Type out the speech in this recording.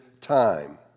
time